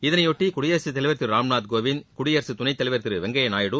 இதனை ஒட்டி குடியரசுத்தலைவர் திரு ராம்நாத்கோவிந்த் குடியரசுத்துணைத்தலைவர் திரு வெங்கப்யா நாயுடு